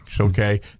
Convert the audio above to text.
okay